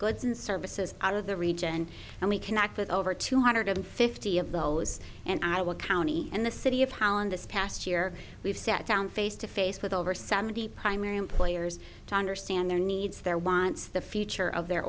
goods and services out of the region and we connect with over two hundred fifty of those and i will county in the city of holland this past year we've sat down face to face with over seventy primary employers to understand their needs their wants the future of their